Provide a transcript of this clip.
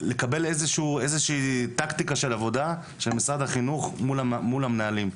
לקבל איזושהי טקטיקה של עבודה של משרד החינוך מול המנהלים.